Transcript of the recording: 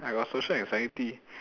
I got social anxiety